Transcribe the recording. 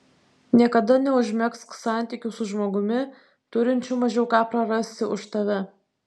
niekada neužmegzk santykių su žmogumi turinčiu mažiau ką prarasti už tave